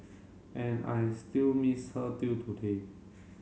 and I still miss her till today